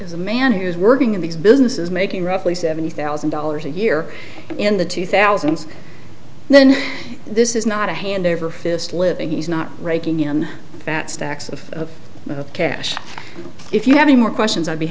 is a man who is working in these businesses making roughly seventy thousand dollars a year in the two thousand and then this is not a hand over fist live and he's not raking in fat stacks of cash if you have any more questions i'll be